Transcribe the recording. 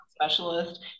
specialist